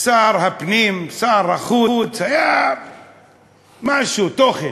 שר הפנים, שר החוץ, היה משהו, תוכן.